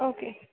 okay